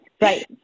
Right